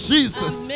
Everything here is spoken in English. Jesus